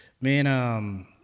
man